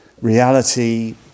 reality